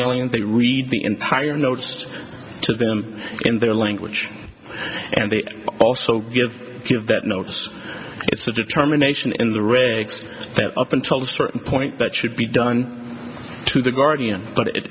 they read the entire noticed to them in their language and they also give give that notice it's a determination in the rigs that up until a certain point that should be done to the guardian but it